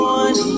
one